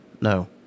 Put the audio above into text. No